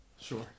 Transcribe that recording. Sure